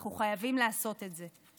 אנחנו חייבים לעשות את זה.